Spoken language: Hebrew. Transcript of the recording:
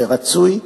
זה רצוי.